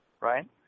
right